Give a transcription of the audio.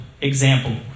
example